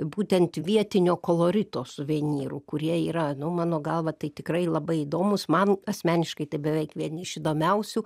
būtent vietinio kolorito suvenyrų kurie yra nu mano galva tai tikrai labai įdomūs man asmeniškai tai beveik vieni iš įdomiausių